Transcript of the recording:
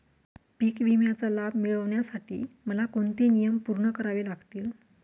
पीक विम्याचा लाभ मिळण्यासाठी मला कोणते नियम पूर्ण करावे लागतील?